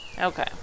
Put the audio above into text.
Okay